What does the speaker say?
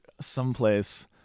someplace